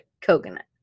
Coconut